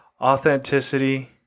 authenticity